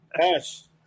Yes